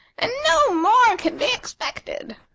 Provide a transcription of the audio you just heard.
and no more can be expected.